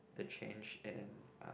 they change and ah